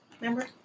Remember